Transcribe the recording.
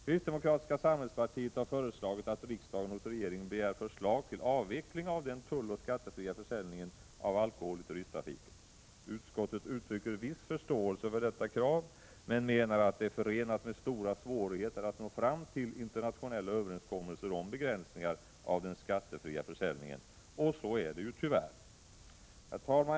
Kristdemokratiska samhällspartiet har föreslagit att riksdagen hos regeringen begär förslag till avveckling av den tulloch skattefria försäljningen av alkohol i turisttrafiken. Utskottet uttrycker viss förståelse för detta krav men menar att det är förenat med stora svårigheter att nå fram till internationella överenskommelser om begränsningar av den skattefria försäljningen. Så är det tyvärr. Herr talman!